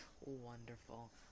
Wonderful